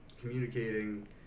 communicating